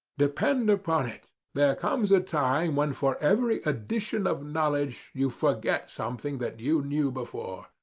depend upon it there comes a time when for every addition of knowledge you forget something that you knew before.